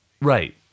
Right